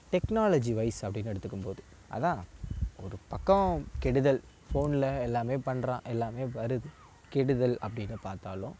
technology wise அப்படின்னு எடுத்துக்கும்போது அதான் ஒரு பக்கம் கெடுதல் ஃபோனில் எல்லாமே பண்ணுறான் எல்லாமே வருது கெடுதல் அப்படின்னு பார்த்தாலும்